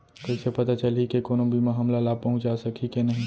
कइसे पता चलही के कोनो बीमा हमला लाभ पहूँचा सकही के नही